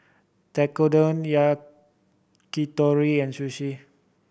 Tekkadon Yakitori and Sushi